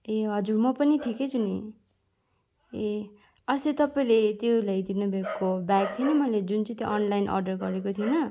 ए हजुर म पनि ठिकै छु नि ए अस्ति तपाईँले त्यो ल्याइदिनु भएको ब्याग थियो नि जुन चाहिँ मैले अनलाइन अर्डर गरेको थिइनँ